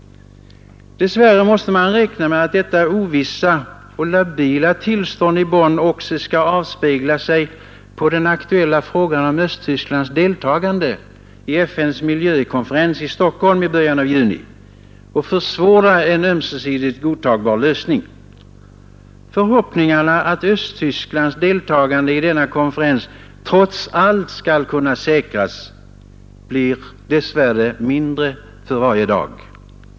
Dess värre måste man räkna med att detta ovissa och labila tillstånd i Bonn också skall avspegla sig på den aktuella frågan om Östtysklands deltagande i FN:s miljövårdskonferens i Stockholm i början av juni och försvåra en ömsesidigt godtagbar lösning. Förhoppningarna att Östtysklands deltagande i denna konferens trots allt skall kunna säkras blir dess värre mindre för varje dag.